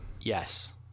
Yes